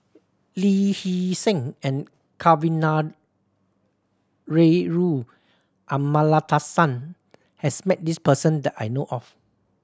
Lee Hee Seng and Kavignareru Amallathasan has met this person that I know of